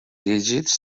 dígits